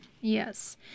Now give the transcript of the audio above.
yes